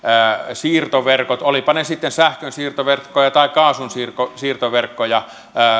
siirtoverkot olivatpa ne sitten sähkönsiirtoverkkoja tai kaasunsiirtoverkkoja